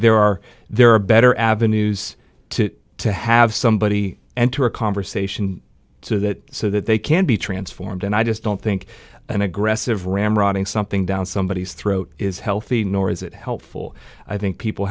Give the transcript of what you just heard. there are there are better avenues to to have somebody enter a conversation so that so that they can be transformed and i just don't think an aggressive ramrodding something down somebody who's throat is healthy nor is it helpful i think people